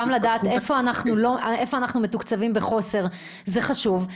גם לדעת איפה אנחנו מתוקצבים בחוסר זה חשוב,